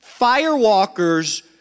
firewalkers